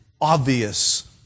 obvious